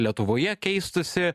lietuvoje keistųsi